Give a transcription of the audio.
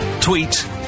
Tweet